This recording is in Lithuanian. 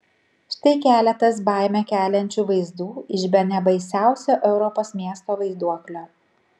štai keletas baimę keliančių vaizdų iš bene baisiausio europos miesto vaiduoklio